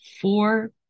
four